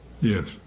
Yes